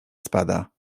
spada